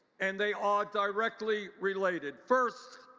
and they are directly related. first,